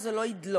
שזה לא ידלוף,